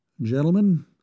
Gentlemen